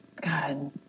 god